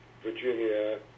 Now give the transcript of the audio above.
Virginia